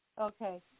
Okay